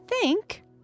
think